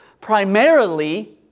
primarily